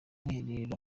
mwiherero